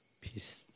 peace